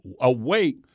awake